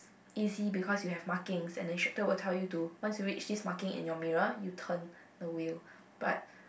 easy because you have markings and the instructor will tell you to once you reach this marking in your mirror you turn the wheel but